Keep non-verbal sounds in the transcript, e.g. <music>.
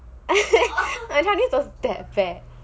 <laughs> my chinese was that bad